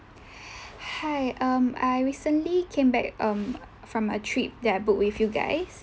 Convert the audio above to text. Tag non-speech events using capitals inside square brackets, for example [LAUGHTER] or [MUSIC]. [BREATH] hi um I recently came back um from a trip that I booked with you guys